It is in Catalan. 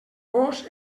gos